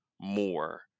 more